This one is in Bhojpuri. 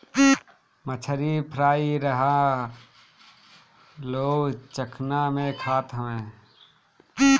मछरी फ्राई इहां लोग चखना में खात हवे